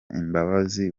imbabazi